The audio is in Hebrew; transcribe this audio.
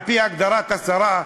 על-פי הגדרת השרה,